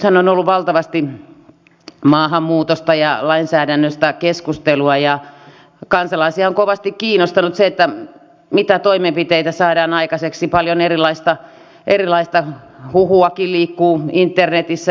nythän on ollut valtavasti maahanmuutosta ja lainsäädännöstä keskustelua ja kansalaisia on kovasti kiinnostanut se mitä toimenpiteitä saadaan aikaiseksi paljon erilaista huhuakin liikkuu internetissä